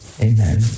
Amen